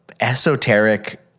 esoteric